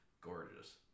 Gorgeous